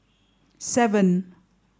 seven